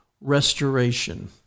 restoration